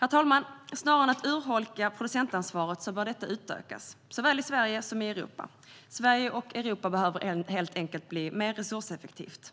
Herr talman! Snarare än att urholka producentansvaret bör detta utökas, såväl i Sverige som i Europa. Sverige och Europa behöver helt enkelt bli mer resurseffektivt.